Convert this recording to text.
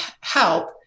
help